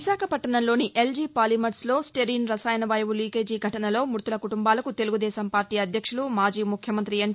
విశాఖపట్టణంలోని LG polymers లో స్లెరిన్ రసాయన వాయువు లీకేజీ ఘటనలో మృతుల కుటుంబాలకు తెలుగుదేశం పార్టీ అధ్యక్షులు మాజీ ముఖ్యమంతి ఎన్